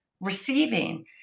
receiving